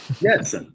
Yes